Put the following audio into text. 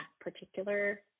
particular